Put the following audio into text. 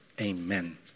Amen